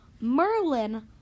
Merlin